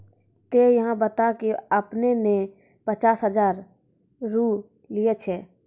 ते अहाँ बता की आपने ने पचास हजार रु लिए छिए?